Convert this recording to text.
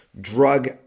drug